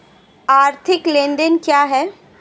आर्थिक लेनदेन क्या है?